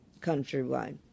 countrywide